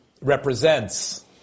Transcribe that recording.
represents